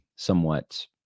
somewhat